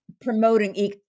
promoting